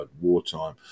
wartime